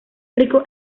rico